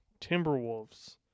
Timberwolves